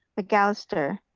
mcallister,